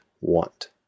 want